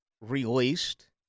released